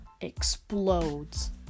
explodes